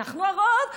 אנחנו הרוב,